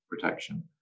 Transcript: protection